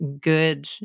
good